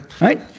right